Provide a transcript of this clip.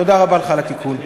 תודה רבה לך על התיקון.